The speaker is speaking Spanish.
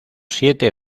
siete